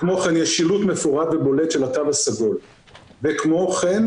כמו כן יש שילוט מפורט ובולט של התו הסגול וכמו כן,